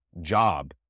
job